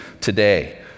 today